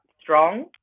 strong